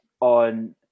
on